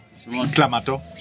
clamato